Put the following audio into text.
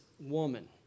woman